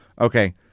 Okay